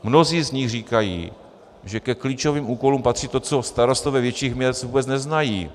Mnozí z nich říkají, že ke klíčovým úkolům patří to, co starostové větších měst vůbec neznají.